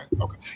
okay